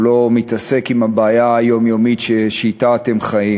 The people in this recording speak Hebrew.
הוא לא מתעסק עם הבעיה היומיומית שאתה אתם חיים.